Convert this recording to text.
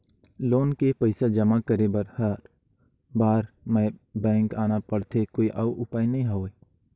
Loan के पईसा जमा करे बर हर बार बैंक आना पड़थे कोई अउ उपाय नइ हवय?